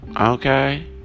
Okay